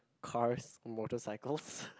cars motorcycles